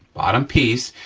bottom piece,